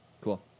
Cool